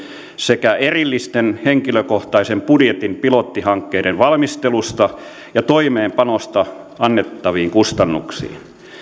sekä erillisten henkilökohtaisen budjetin pilottihankkeiden valmistelusta ja toimeenpanosta annettaviin kustannuksiin